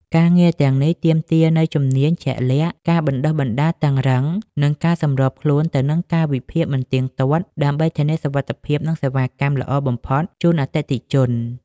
ការងារទាំងនេះទាមទារនូវជំនាញជាក់លាក់ ការបណ្តុះបណ្តាលតឹងរ៉ឹង និងការសម្របខ្លួនទៅនឹងកាលវិភាគមិនទៀងទាត់ ដើម្បីធានាសុវត្ថិភាពនិងសេវាកម្មល្អបំផុតជូនអតិថិជន។